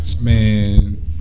man